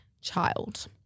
child